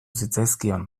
zitzaizkion